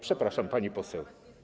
Przepraszam, pani poseł.